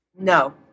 no